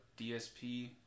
DSP